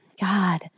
God